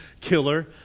killer